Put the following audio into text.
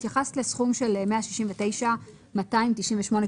התייחסת לסכום של 169,298,000 שקל.